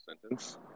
sentence